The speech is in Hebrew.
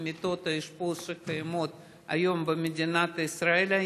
למיטות האשפוז שקיימות היום במדינת ישראל,